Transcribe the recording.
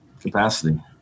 capacity